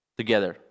together